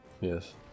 Yes